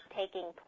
taking